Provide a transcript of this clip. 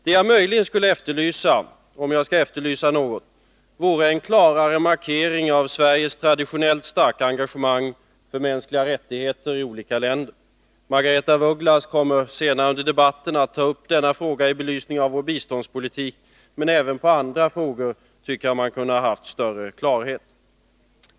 Vad jag möjligen skulle efterlysa — om jag skall efterlysa något — vore en klarare markering av Sveriges traditionellt starka engagemang för mänskliga rättigheter i olika länder. Margaretha af Ugglas kommer senare under debatten att ta upp denna fråga i belysning av vår biståndspolitik. Men även i andra frågor tycker jag att man kunde ha haft större klarhet.